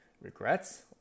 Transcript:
regrets